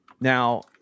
Now